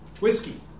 Whiskey